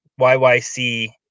yyc